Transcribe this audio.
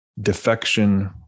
defection